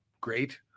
great